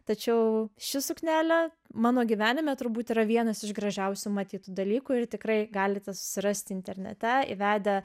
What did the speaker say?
tačiau ši suknelė mano gyvenime turbūt yra vienas iš gražiausių matytų dalykų ir tikrai galite susirasti internete įvedę